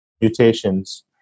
mutations